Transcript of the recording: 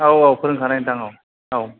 औ औ फोरोंखानाय नोंथां औ औ